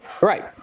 right